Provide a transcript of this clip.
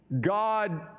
God